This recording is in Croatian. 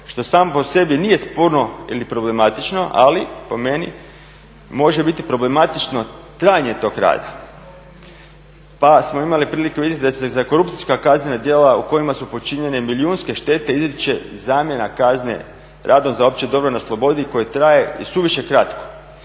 što samo po sebi nije sporno ili problematično ali po meni može biti problematično trajanje tog rada. Pa smo imali prilike vidjeti da se za korupcijska kaznena djela u kojima su počinjene milijunske štete izriče zamjena kazne radom za opće dobro na slobodi koji traje isuviše kratko.